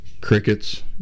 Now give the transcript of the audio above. crickets